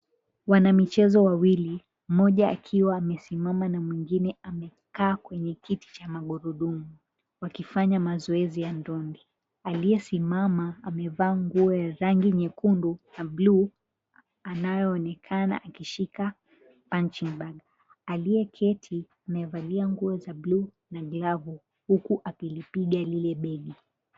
Wanamichezo wawili, mmoja akiwa amesimama na mwingine amekaa kwenye kiti cha magurudumu, wakifanya mazoezi ya dondi. Aliyesimama amevaa nguo ya rangi nyekundu, na buluu anayoonekana akishika punching bag . Aliyeketi amevalia nguo za buluu na glavu, huku akilipiga lile begi.